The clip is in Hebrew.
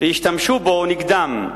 והשתמשו בו נגדם.